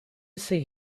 see